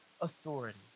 authority